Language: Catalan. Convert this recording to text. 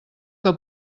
que